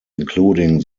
including